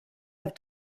have